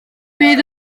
bydd